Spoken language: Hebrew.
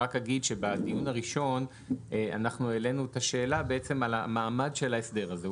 בדיון הראשון העלינו את השאלה על המעמד של ההסדר הזה.